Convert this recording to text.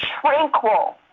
tranquil